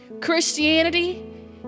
Christianity